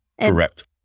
Correct